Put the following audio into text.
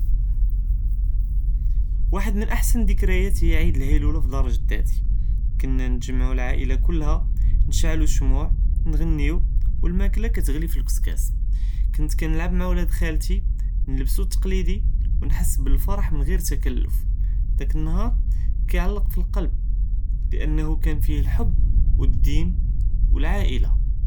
וחד מן אחשן דכּריאתי היא עיד אלעיילולה פדאר ג׳דאתי، כנא נתג׳מעו אלעאילה כולהא פדאר ג׳דאתי, נשעלו שמוע נע׳ניו ולאכּלה כתע׳לי פלאכסכּאס، كنت כנלעב מע ולד ח׳אלתי, נלבסו תקּלידי ונחס בלפרח מן ע׳יר תקּלף, דכּ נהאר כיעלק פלקלב לאנהו כאן פיה חוב ואלדין ואלעאילה.